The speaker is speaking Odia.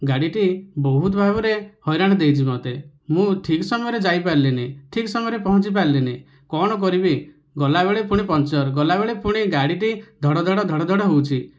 ଗାଡ଼ିଟି ବହୁତ ଭାବରେ ହଇରାଣ ଦେଇଚି ମୋତେ ମୁଁ ଠିକ ସମୟରେ ଯାଇପାରିଲିନି ଠିକ ସମୟରେ ପହଞ୍ଚିପାରିଲିନି କଣ କରିବି ଗଲାବେଳେ ପୁଣି ପଙ୍କ୍ଚର ଗଲାବେଳେ ପୁଣି ଗାଡ଼ିଟି ଧଡ଼ ଧଡ଼ ଧଡ଼ ଧଡ଼ ହେଉଛି